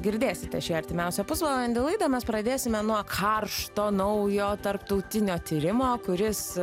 girdėsite ši artimiausią pusvalandį laidą mes pradėsime nuo karšto naujo tarptautinio tyrimo kuris